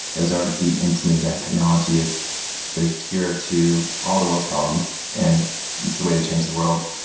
it was already beat into me that technology is the cure to all the world's problems and it's the way to change the world.